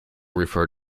refer